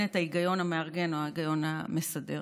את ההיגיון המארגן או ההיגיון המסדר.